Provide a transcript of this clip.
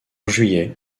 juillet